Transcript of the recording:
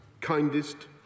kindest